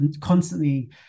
constantly